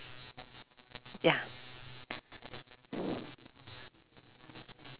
ya